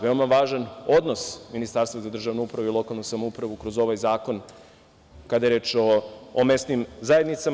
Veoma je važan odnos Ministarstva za državnu upravu i lokalnu samoupravu kroz ovaj zakon, kada je reč o mesnim zajednicama.